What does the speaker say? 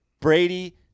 Brady